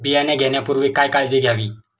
बियाणे घेण्यापूर्वी काय काळजी घ्यावी?